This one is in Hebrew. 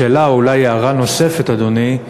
שאלה ואולי הערה נוספת, אדוני,